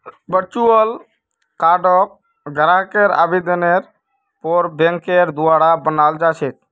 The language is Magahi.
वर्चुअल कार्डक ग्राहकेर आवेदनेर पर बैंकेर द्वारा बनाल जा छेक